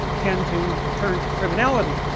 tend to turn to criminality,